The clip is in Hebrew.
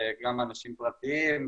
גם אנשים פרטיים,